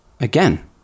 Again